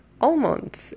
almonds